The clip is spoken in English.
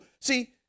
See